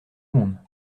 monde